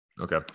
Okay